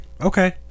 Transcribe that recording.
Okay